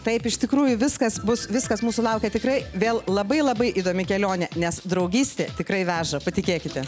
taip iš tikrųjų viskas bus viskas mūsų laukia tikrai vėl labai labai įdomi kelionė nes draugystė tikrai veža patikėkite